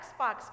Xbox